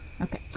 Okay